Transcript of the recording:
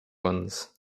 ones